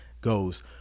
goes